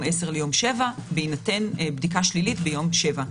10 ליום 7 בהינתן בדיקה שלילית ביום 7,